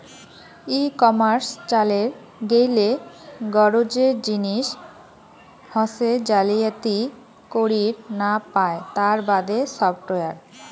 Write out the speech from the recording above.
ই commerce চালের গেইলে গরোজের জিনিস হসে জালিয়াতি করির না পায় তার বাদে সফটওয়্যার